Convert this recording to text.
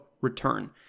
return